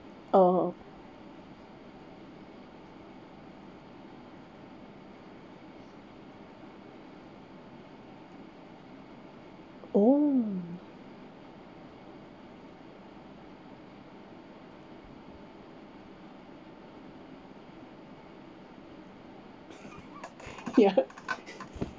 oh oh ya